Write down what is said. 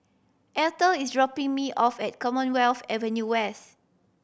Eathel is dropping me off at Commonwealth Avenue West